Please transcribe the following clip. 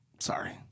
Sorry